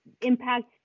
Impact